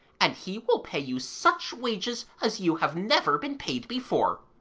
and he will pay you such wages as you have never been paid before.